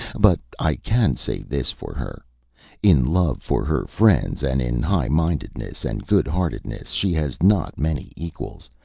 but i can say this for her in love for her friends and in high-mindedness and good heartedness she has not many equals,